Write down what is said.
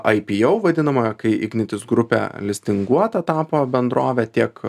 aipijau vadinamojo kai ignitis grupė listinguota tapo bendrove tiek